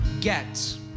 get